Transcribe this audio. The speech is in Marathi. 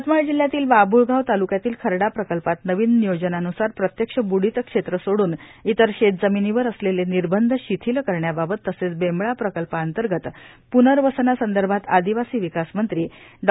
यवतमाळ जिल्ह्यातील बाभूळगाव तालूक्यातील खर्डा प्रकल्पात नवीन नियोजनान्सार प्रत्यक्ष बुडीत क्षेत्र सोडून इतर शेतजमीनीवर असलेले निर्बंध शिथिल करण्याबाबत तसेच बेंबळा प्रकल्पांतर्गत पृनर्वसनासंदर्भात आदिवासी विकास मंत्री डॉ